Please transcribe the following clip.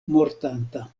mortanta